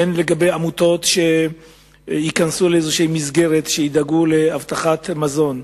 הן לגבי עמותות שייכנסו למסגרת וידאגו להבטחת מזון,